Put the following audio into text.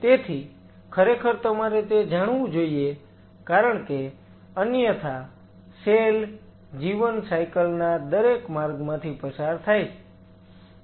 તેથી ખરેખર તમારે તે જાણવું જોઈએ કારણ કે અન્યથા સેલ જીવન સાયકલ ના દરેક માર્ગમાંથી પસાર થાય છે